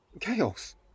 chaos